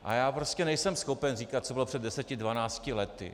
A já prostě nejsem schopen říkat, co bylo před deseti dvanácti lety.